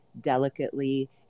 delicately